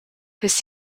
his